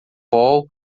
paul